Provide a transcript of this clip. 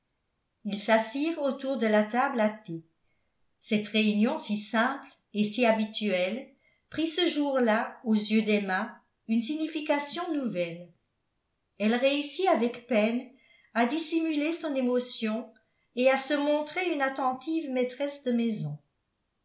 ils s'assirent autour de la table à thé cette réunion si simple et si habituelle prit ce jour-là aux yeux d'emma une signification nouvelle elle réussit avec peine à dissimuler son émotion et à se montrer une attentive maîtresse de maison